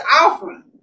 offering